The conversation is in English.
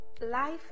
Life